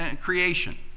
creation